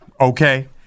Okay